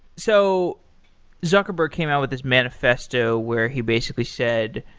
so zuckerberg came out with this manifesto where he basically said,